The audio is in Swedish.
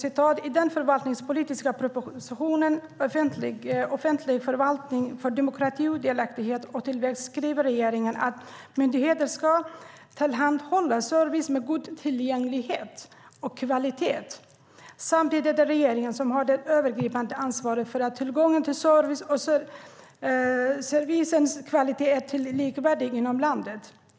I den förvaltningspolitiska propositionen Offentlig förvaltning för demokrati, delaktighet och tillväxt skriver regeringen att myndigheter ska tillhandahålla service med god tillgänglighet och kvalitet. Samtidigt är det regeringen som har det övergripande ansvaret för att tillgången till service och servicens kvalitet är likvärdiga i landet.